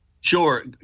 Sure